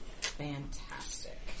Fantastic